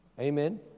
Amen